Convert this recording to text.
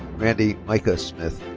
randy micah smith.